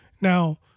Now